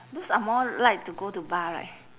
those are more like to go to bar right